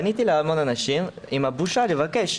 פניתי להמון אנשים עם הבושה לבקש: